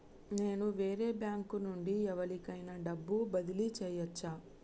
నేను వేరే బ్యాంకు నుండి ఎవలికైనా డబ్బు బదిలీ చేయచ్చా?